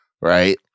right